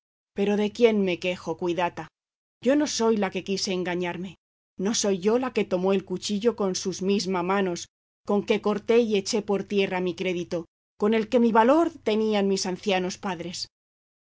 pero de quién me quejo cuitada yo no soy la que quise engañarme no soy yo la que tomó el cuchillo con sus misma manos con que corté y eché por tierra mi crédito con el que de mi valor tenían mis ancianos padres